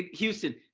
houston,